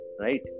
right